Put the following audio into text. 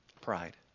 Pride